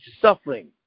suffering